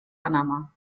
panama